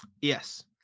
Yes